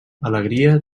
alegria